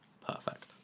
perfect